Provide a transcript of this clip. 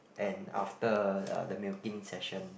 and after uh the milking session